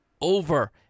Over